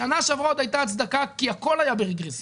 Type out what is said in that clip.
בשנה שעברה עוד הייתה הצדקה כי הכול היה ברגרסיה,